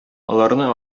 аларны